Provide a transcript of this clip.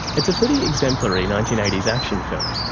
it's a pretty exemplary nineteen eighty s action film.